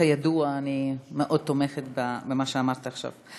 כידוע, אני מאוד תומכת במה שאמרת עכשיו.